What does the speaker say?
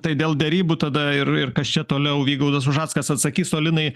tai dėl derybų tada ir ir kas čia toliau vygaudas ušackas atsakys o linai